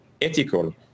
ethical